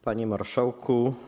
Panie Marszałku!